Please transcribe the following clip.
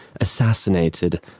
assassinated